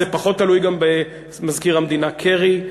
זה פחות תלוי גם במזכיר המדינה קרי,